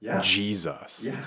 Jesus